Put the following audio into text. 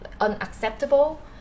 unacceptable